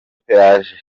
pelagie